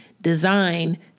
design